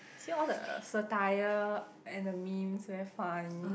seen all the satire and the memes very funny